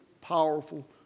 powerful